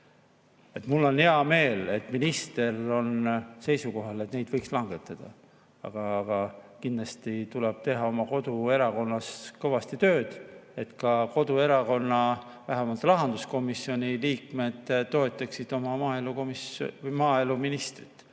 Mul on hea meel, et minister on seisukohal, et aktsiise võiks langetada, aga kindlasti tuleb teha oma koduerakonnas kõvasti tööd, et ka koduerakonna vähemalt rahanduskomisjoni liikmed toetaksid maaeluministrit,